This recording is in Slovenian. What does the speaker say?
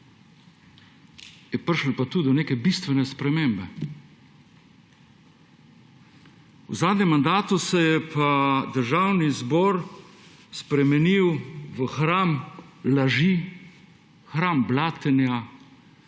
je prišlo pa tudi do neke bistvene spremembe. V zadnjem mandatu se je pa Državni zbor spremenil v hram laži, hram blatenja,